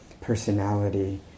personality